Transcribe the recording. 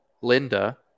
Linda